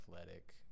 athletic